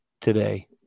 today